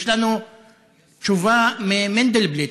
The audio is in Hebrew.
יש לנו תשובה ממנדלבליט,